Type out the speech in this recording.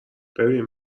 ببین